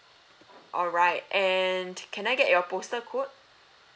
alright and can I get your postal code